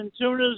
tunas